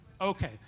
Okay